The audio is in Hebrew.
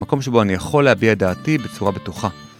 מקום שבו אני יכול להביע את דעתי בצורה בטוחה.